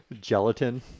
gelatin